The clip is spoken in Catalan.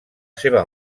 seva